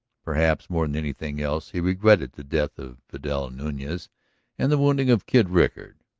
perhaps more than anything else he regretted the death of vidal nunez and the wounding of kid rickard.